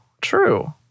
True